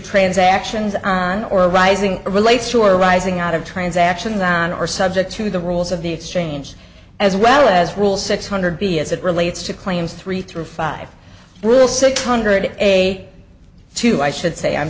transactions on or rising relates to or rising out of transaction than are subject to the rules of the exchange as well as rule six hundred b as it relates to claims three through five rule six hundred a two i should say i'm